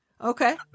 Okay